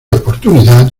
oportunidad